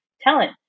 talent